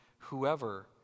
Whoever